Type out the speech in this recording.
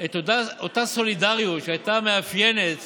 את אותה סולידריות שהייתה מאפיינת